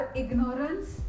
ignorance